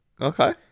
Okay